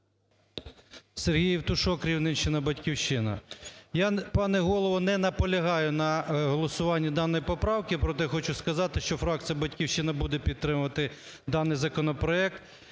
СергійЄвтушок, Рівненщина "Батьківщина". Я, пане Голово, не наполягаю на голосуванні даної поправки, а проте хочу сказати, що фракція "Батьківщина" буде підтримувати даний законопроект,